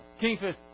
Kingfish